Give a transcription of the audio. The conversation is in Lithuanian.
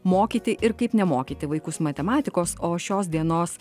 mokyti ir kaip nemokyti vaikus matematikos o šios dienos